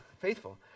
faithful